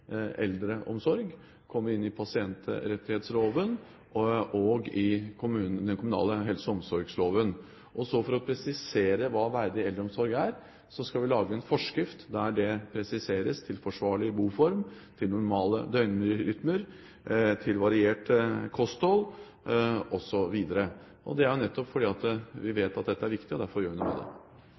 eldreomsorg. Det kommer inn i pasientrettighetsloven og i ny kommunal helse- og omsorgslov. For å presisere hva verdig eldreomsorg er, skal vi lage en forskrift der dét presiseres – forsvarlig boform, normal døgnrytme, variert kosthold osv. Nettopp fordi vi vet at dette er viktig, gjør vi noe.